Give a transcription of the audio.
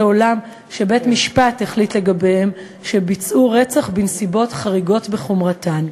עולם שבית-משפט החליט לגביהם שביצעו רצח בנסיבות חריגות בחומרתן.